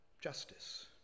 Justice